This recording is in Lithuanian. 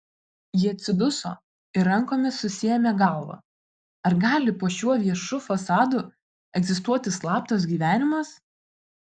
ji atsiduso ir rankomis susiėmė galvą ar gali po šiuo viešu fasadu egzistuoti slaptas gyvenimas